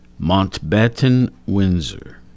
Montbatten-Windsor